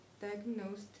diagnosed